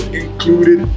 included